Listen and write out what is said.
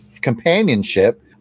companionship